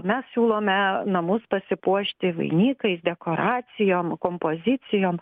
mes siūlome namus pasipuošti vainikais dekoracijom kompozicijom